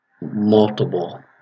multiple